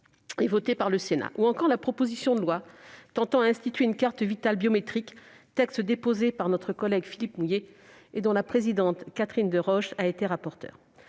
et votée par le Sénat, ou encore la proposition de loi tendant à instituer une carte vitale biométrique, déposée par notre collègue Philippe Mouiller et dont la présidente Catherine Deroche a été rapporteure.